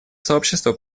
сообщество